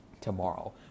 tomorrow